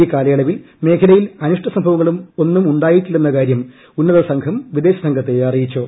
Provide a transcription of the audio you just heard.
ഈ കാലയളവിൽ മേഖലയിൽ അനിഷ്ട സ്റ്റ്ട്വിങ്ങളൊന്നും ഉണ്ടായിട്ടില്ലെന്നകാര്യം ഉന്നതതല സംഘം വിദ്ദേശ്സ്ഘത്തെ അറിയിച്ചു